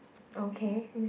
okay